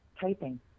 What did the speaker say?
typing